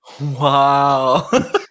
Wow